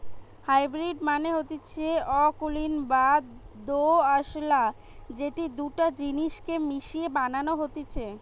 hybrid মানে হতিছে অকুলীন বা দোআঁশলা যেটি দুটা জিনিস কে মিশিয়ে বানানো হতিছে